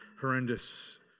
horrendous